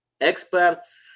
experts